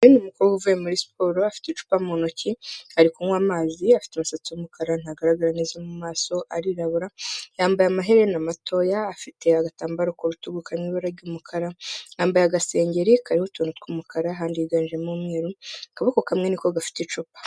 Umukobwa uvuye muri siporo afite icupa mu ntoki ari kunywa amazi afite umusatsi w'umukara ntagaragara neza mu maso arirabura yambaye amaherena matoya afite agatambaro kurutugu karimo ibara ry'umukara nambaye agasengeri karihutura t k'umukara hand higanjemo umweru akaboko kamwe niko gafite icupa.